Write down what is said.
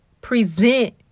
present